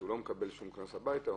הוא לא מקבל שום קנס הביתה.